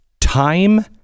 time